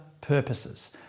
purposes